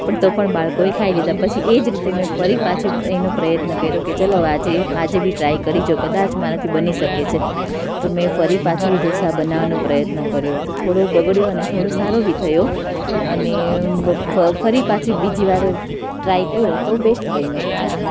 પણ તો પણ બાળકોએ ખાઈ લીધા પણ પછી એ જ રીતે ફરી પાછી એનું પ્રયત્ન કર્યું કે ચાલો આજે આજે બી ટ્રાય કરી જોવ જો કદાચ મારાથી બની શકે છે તો મેં ફરી પાછું ઢોંસા બનાવવાનો પ્રયત્ન કર્યું તો થોડો બગડ્યું અને થોડો સારો બી થયો અને ફ ફ ફરી પાછી બીજી વાર ટ્રાય કર્યો તો બેસ્ટ બન્યો પણ આ